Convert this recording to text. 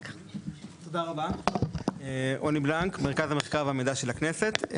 תודה רבה, רוני בלנק, מרכז המחקר והמידע של הכנסת.